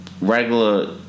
regular